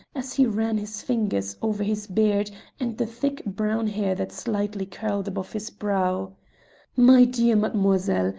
as he ran his fingers over his beard and the thick brown hair that slightly curled above his brow my dear mademoiselle,